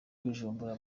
bujumbura